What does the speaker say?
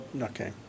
okay